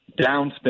downspin